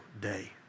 day